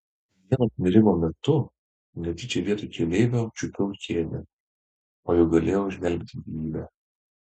vieno panėrimo metu netyčia vietoj keleivio čiupau kėdę o juk galėjau išgelbėti gyvybę